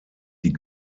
die